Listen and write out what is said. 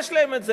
יש להן את זה.